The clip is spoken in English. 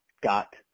got